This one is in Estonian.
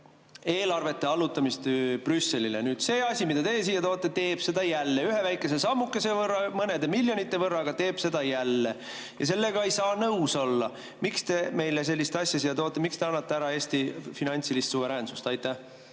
eelarvete allutamist Brüsselile. See asi, mille te nüüd siia olete toonud, teeb seda jälle. Ühe väikese sammukese võrra, mõnede miljonite võrra, aga teeb seda jälle. Sellega ei saa nõus olla. Miks te sellist asja meile siia toote? Miks te annate ära Eesti finantsilist suveräänsust? Aitäh,